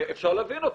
ואפשר להבין אותה,